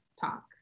talk